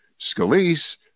Scalise